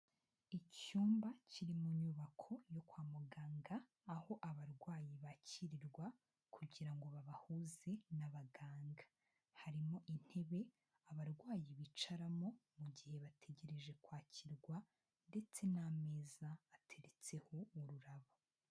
Icyumba kiri mu nyubako yo kwa muganga aho abarwayi bakirirwa kugira ngo babahuze n'abaganga, harimo intebe abarwayi bicaramo mu gihe bategereje kwakirwa ndetse n'ameza, ateretseho ururabo.